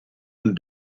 and